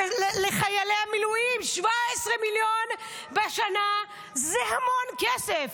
לחיילי המילואים 17 מיליון בשנה זה המון כסף.